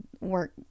work